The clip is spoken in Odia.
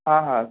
ହଁ ହଁ